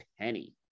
penny